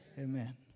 Amen